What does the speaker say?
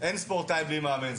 אין ספורטאי בלי מאמן.